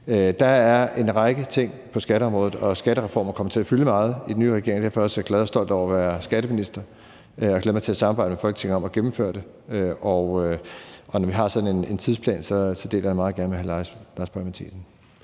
Der er en række ting på skatteområdet, og skattereformer kommer til at fylde meget i den nye regering. Derfor er jeg også glad for og stolt over at være skatteminister, og jeg glæder mig til at samarbejde med Folketinget om at gennemføre det. Og når vi har sådan en tidsplan, deler jeg den meget gerne med hr. Lars Boje Mathiesen.